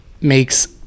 makes